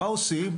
מה עושים?